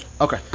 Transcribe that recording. Okay